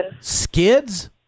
Skids